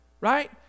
Right